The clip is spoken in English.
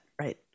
Right